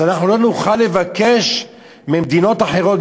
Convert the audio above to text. אז אנחנו לא נוכל לבקש ממדינות אחרות,